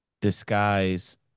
disguise